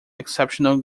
exceptional